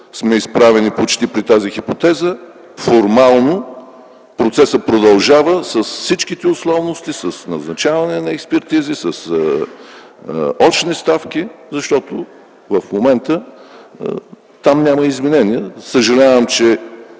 сме изправени почти при тази хипотеза, формално процесът продължава с всички условности, с назначаване на експертизи, с очни ставки, защото в момента там няма изменения. Съжалявам, че